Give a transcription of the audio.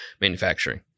manufacturing